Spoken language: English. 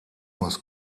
was